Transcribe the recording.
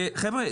חבר'ה,